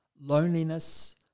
loneliness